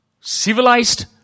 civilized